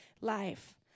life